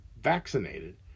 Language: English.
vaccinated